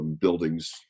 buildings